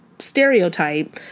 stereotype